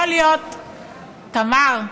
תמר.